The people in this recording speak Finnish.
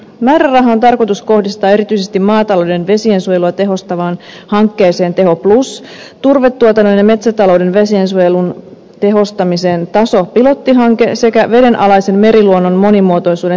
määräraha on tarkoitus kohdistaa erityisesti maatalouden vesiensuojelua tehostavaan hankkeeseen teho plus turvetuotannon ja metsätalouden vesiensuojelun tehostamiseen taso pilottihankkeeseen sekä vedenalaisen meriluonnon monimuotoisuuden selvittämiseen velmuun